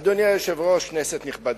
אדוני היושב-ראש, כנסת נכבדה,